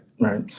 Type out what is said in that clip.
right